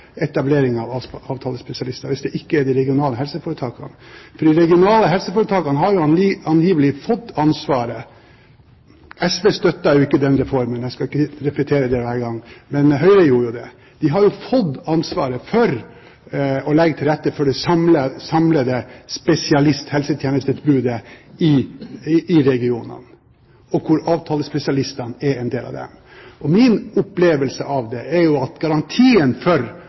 etablering av avtalespesialister hvis det ikke er de regionale helseforetakene? De regionale helseforetakene har jo angivelig fått ansvaret. SV støttet jo ikke den reformen. Jeg skal ikke repetere det hver gang, men Høyre gjorde det. Foretakene har jo fått ansvaret for å legge til rette for den samlede spesialisthelsetjenesten ute i regionene, og avtalespesialistene er en del av det. Min opplevelse av det er at garantien for